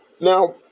Now